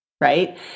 right